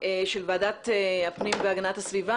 של ועדת הפנים והגנת הסביבה.